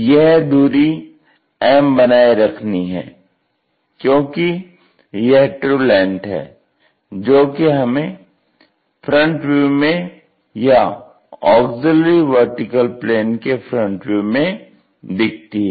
यह दूरी m बनाये रखनी हैक्योंकि यह ट्रू लेंथ है जो कि हमें FV में या AVP के फ्रंट व्यू में दिखती है